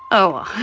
oh,